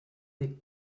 des